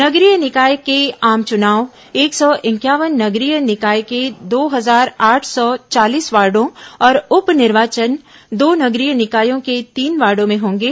नगरीय निकाय के आम चुनाव एक सौ इंक्यावन नगरीय निकाय के दो हजार आठ सौ चालीस वार्डो और उप निर्वाचन दो नगरीय निकायों के तीन वार्डो में होंगे